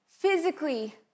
physically